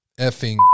effing